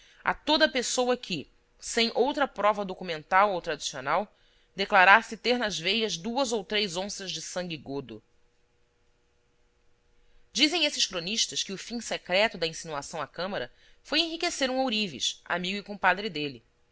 a toda a pessoa que sem outra prova documental ou tradicional declarasse ter nas veias duas ou três onças de sangue godo dizem esses cronistas que o fim secreto da insinuação à câmara foi enriquecer um ourives amigo e compadre dele